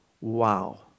Wow